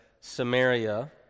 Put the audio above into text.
Samaria